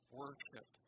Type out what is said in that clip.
worship